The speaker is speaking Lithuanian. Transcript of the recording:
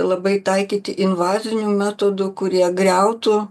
labai taikyti invazinių metodų kurie griautų